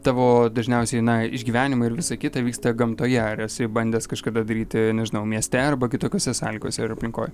tavo dažniausiai na išgyvenimai ir visa kita vyksta gamtoje ar esi bandęs kažkada daryti nežinau mieste arba kitokiose sąlygose ir aplinkoj